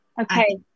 Okay